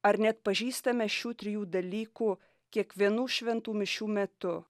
ar neatpažįstame šių trijų dalykų kiekvienų šventų mišių metu